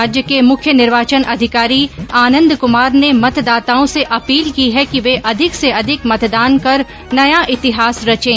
राज्य के मुख्य निर्वाचन अधिकारी आनंद कुमार ने मतदाताओं से अपील की है कि वे अधिक से अधिक मतदान कर नया इतिहास रचे